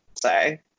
say